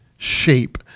Shape